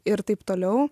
ir taip toliau